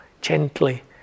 gently